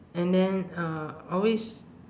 and then uh always